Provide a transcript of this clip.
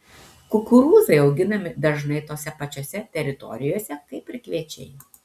kukurūzai auginami dažnai tose pačiose teritorijose kaip ir kviečiai